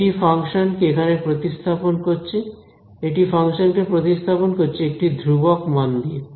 এটি ফাংশন কে এখানে প্রতিস্থাপন করছে এটি ফাংশন কে প্রতিস্থাপন করছে একটি ধ্রুবক মান দিয়ে